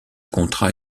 contrat